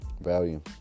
value